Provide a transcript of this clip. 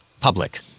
Public